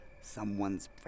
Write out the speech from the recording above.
Someone's